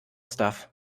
stuff